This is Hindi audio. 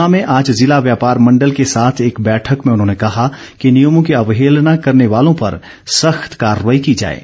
ऊना में आज जिला व्यापार मण्डल के साथ एक बैठक में उन्होंने कहा कि नियमों की अवहेलना करने वालों पर सख्त कार्रवाई की जाएगी